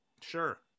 Sure